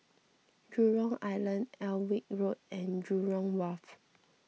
Jurong Island Alnwick Road and Jurong Wharf